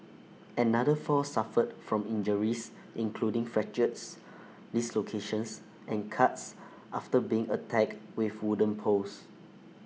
another four suffered from injuries including fractures dislocations and cuts after being attacked with wooden poles